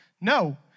No